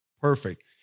Perfect